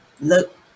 Look